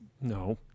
no